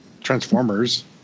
Transformers